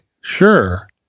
sure